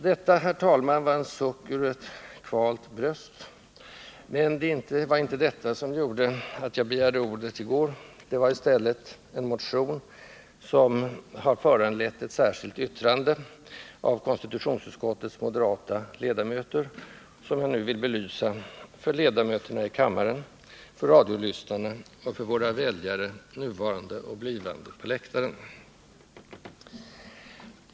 Detta, herr talman, var en suck ur ett kvalt bröst, men det var inte detta jag hade i tankarna när jag i går antecknade mig för ett anförande. Det var i stället en motion, som har föranlett ett särskilt yttrande av konstitutionsut skottets moderata ledamöter och som jag nu vill belysa — för ledamöterna i kammaren, för ”radiolyssnarna” och för våra väljare, nuvarande och blivande, på läktaren.